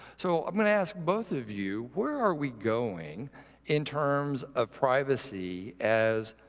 so i'm going to ask both of you, where are we going in terms of privacy as